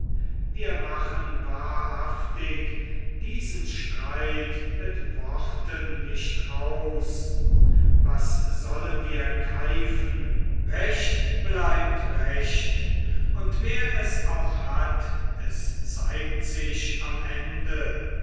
wir machen wahrhaftig diesen streit mit worten nicht aus was sollen wir keifen recht bleibt recht und wer es auch hat es zeigt sich am ende